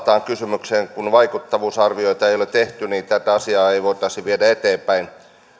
kysymykseen että kun vaikuttavuusarvioita ei ole tehty niin tätä asiaa ei voitaisi viedä eteenpäin